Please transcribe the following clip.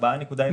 4.03%,